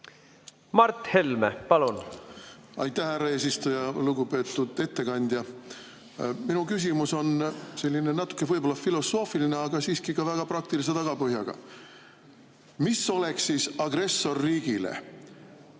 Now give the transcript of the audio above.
Mart Helme, palun! Aitäh, härra eesistuja! Lugupeetud ettekandja! Minu küsimus on natuke võib-olla filosoofiline, aga siiski väga praktilise tagapõhjaga. Mis oleks siis agressorriigile